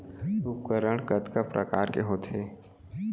उपकरण कतका प्रकार के होथे?